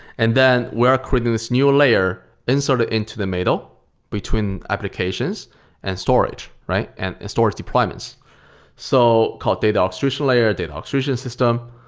and then we're creating this new layer, insert it into the middle between applications and storage, and storage deployments so called data orchestration layer, data orchestration system.